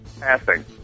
Passing